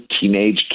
teenage